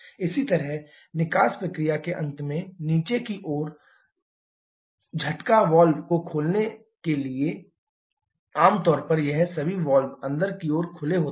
इसी तरह निकास प्रक्रिया के अंत में नीचे की ओर झटका वाल्व को खोलने के लिए आमतौर पर यह सभी वाल्व अंदर की ओर खुले होते हैं